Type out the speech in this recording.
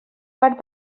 part